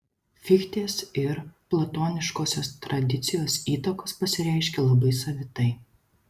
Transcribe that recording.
fichtės ir platoniškosios tradicijos įtakos pasireiškė labai savitai